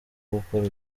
gukora